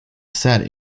set